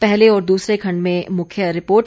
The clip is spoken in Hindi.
पहले और दूसरे खंड में मुख्य रिपोर्ट है